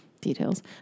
details